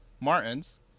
Martins